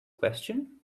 question